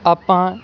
ਆਪਾਂ